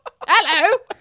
hello